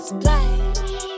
Splash